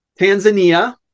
Tanzania